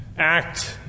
act